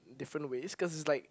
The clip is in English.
different ways cause it's like